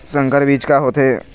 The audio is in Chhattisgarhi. संकर बीज का होथे?